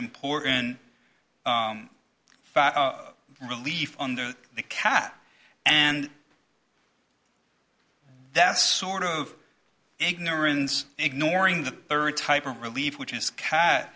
important fact relief under the cat and that's sort of ignorance ignoring the third type of relief which is cat